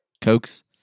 cokes